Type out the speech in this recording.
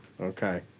okay